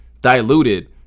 diluted